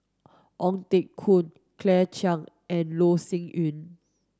Ong Teng Koon Claire Chiang and Loh Sin Yun